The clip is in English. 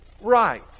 right